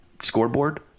scoreboard